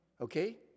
Okay